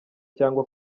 cyangwa